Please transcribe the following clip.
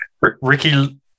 Ricky